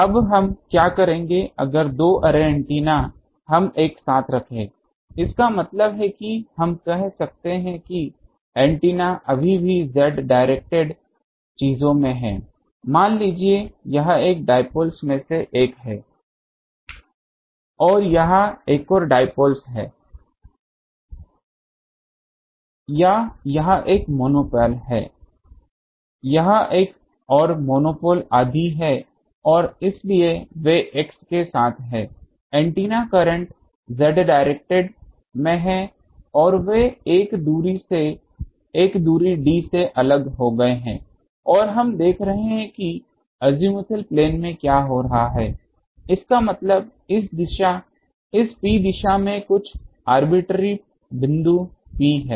अब हम क्या करेंगे अगर दो अर्रे एंटीना हम एक साथ रखें इसका मतलब है हम कहते हैं कि एंटीना अभी भी z डायरेक्टेड चीजों में हैं मान लीजिए यह एक डाईपोल्स में से एक है यह एक और डाईपोल्स है या यह एक मोनोपोल है यह एक और मोनोपोल आदि है और इसलिए वे x के साथ हैं एंटीना करंट z डायरेक्टेड में हैं और वे एक दूरी d से अलग हो गए हैं और हम देख रहे हैं कि अज़ीमुथल प्लेन में क्या हो रहा है इसका मतलब इस P दिशा में कुछ आरबिटरेरी बिंदु P है